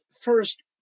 First